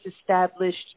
established